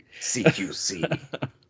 CQC